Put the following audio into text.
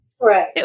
Right